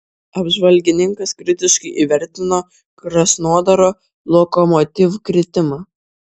apžvalgininkas kritiškai įvertino krasnodaro lokomotiv kritimą